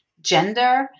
gender